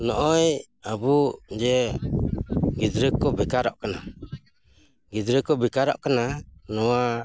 ᱱᱚᱜ ᱚᱭ ᱟᱵᱚ ᱡᱮ ᱜᱤᱫᱽᱨᱟᱹ ᱠᱚ ᱵᱮᱠᱟᱨᱚᱜ ᱠᱟᱱᱟ ᱜᱤᱫᱽᱨᱟᱹ ᱠᱚ ᱵᱮᱠᱟᱨᱚᱜ ᱠᱟᱱᱟ ᱱᱚᱣᱟ